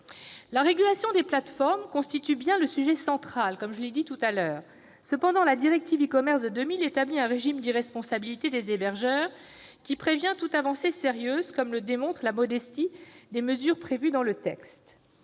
La régulation des plateformes constitue bien le sujet central, comme je l'ai dit tout à l'heure. Cependant, la directive e-commerce de 2000 établit un régime d'irresponsabilité des hébergeurs qui prévient toute avancée sérieuse, comme le montre la modestie des mesures prévues dans le texte.